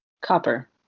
copper